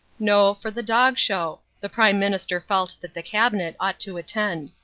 no, for the dog show. the prime minister felt that the cabinet ought to attend.